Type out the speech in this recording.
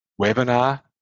webinar